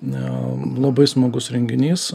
na labai smagus renginys